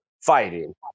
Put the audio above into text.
Fighting